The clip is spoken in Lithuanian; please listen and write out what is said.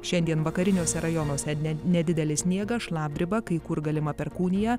šiandien vakariniuose rajonuose ne nedidelis sniegas šlapdriba kai kur galima perkūnija